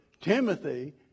Timothy